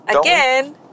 again